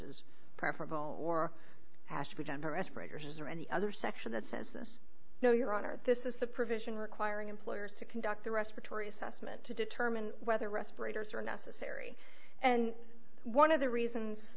is preferable or has to be general respirators or any other section that says this no your honor this is the provision requiring employers to conduct the respiratory assessment to determine whether respirators are necessary and one of the reasons